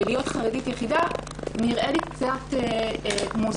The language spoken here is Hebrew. להיות חרדית יחידה נראה לי קצת מוזר.